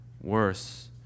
worse